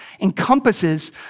encompasses